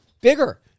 bigger